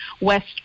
West